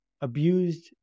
abused